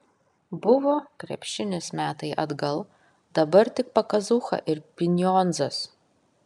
buvo krepšinis metai atgal dabar tik pakazucha ir pinionzas